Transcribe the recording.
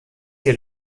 hier